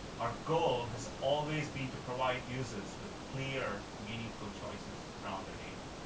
our goal has always been to provide users with clear, meaningful choices around their data.